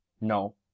No